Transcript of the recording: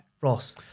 Ross